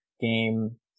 game